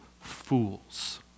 fools